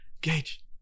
Gage